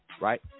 right